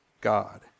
God